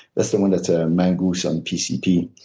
that's the one that's a mongoose on pcp.